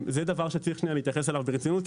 זה דבר שצריך להתייחס אליו ברצינות,